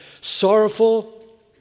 Sorrowful